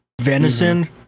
venison